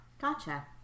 Gotcha